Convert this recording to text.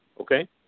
Okay